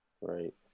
Right